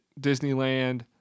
Disneyland